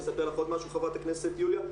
אספר לך עוד משהו חברת הכנסת יוליה,